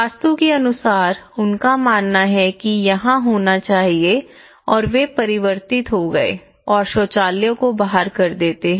वास्तु के अनुसार उनका मानना है कि यह यहाँ होना चाहिए और वे परिवर्तित हो गए और शौचालय को बाहर कर देते हैं